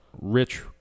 rich